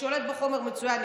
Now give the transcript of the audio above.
ששולט בחומר מצוין,